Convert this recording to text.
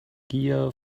gier